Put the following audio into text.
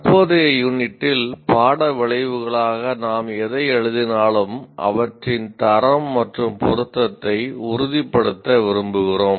தற்போதைய யூனிட்டில் பாட விளைவுகளாக நாம் எதை எழுதினாலும் அவற்றின் தரம் மற்றும் பொருத்தத்தை உறுதிப்படுத்த விரும்புகிறோம்